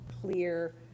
clear